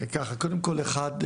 קודם כל אחד,